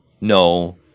no